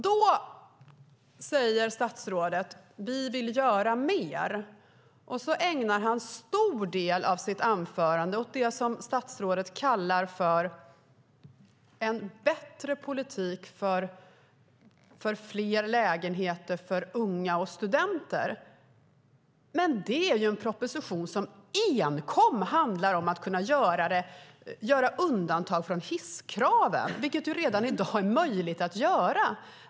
Då säger statsrådet: Vi vill göra mer. Sedan ägnar han en stor del av sitt inlägg åt det statsrådet kallar en bättre politik för fler lägenheter för unga och studenter. Men det är ju en proposition som enkom handlar om att kunna göra undantag från hisskraven - vilket redan i dag är möjligt att göra.